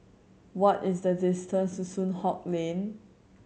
what is the distance to Soon Hock Lane